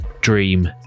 Dream